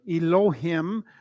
Elohim